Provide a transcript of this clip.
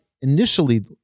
initially